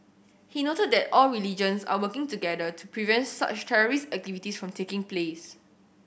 he noted that all religions are working together to prevent such terrorist activities from taking place